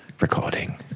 recording